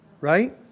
Right